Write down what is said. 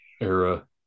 era